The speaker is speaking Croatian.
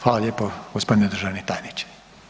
Hvala lijepa gospodine državni tajniče.